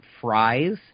fries